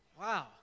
Wow